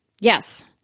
Yes